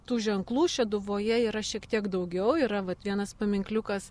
tų ženklų šeduvoje yra šiek tiek daugiau yra vat vienas paminkliukas